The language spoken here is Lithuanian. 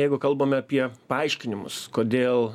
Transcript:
jeigu kalbame apie paaiškinimus kodėl